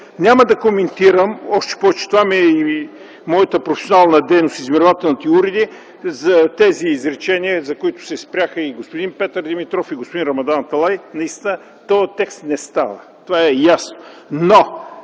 Няма да коментирам, още повече, че това е и моята професионална дейност – измервателните уреди, на тези изречения, на които се спряха и господин Петър Димитров и господин Рамадан Аталай. Наистина, този текст не става. Това е ясно.